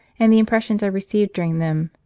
and the impressions i received during them,